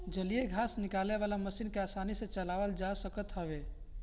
जलीय घास निकाले वाला मशीन के आसानी से चलावल जा सकत हवे